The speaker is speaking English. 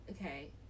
okay